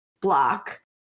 block